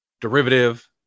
derivative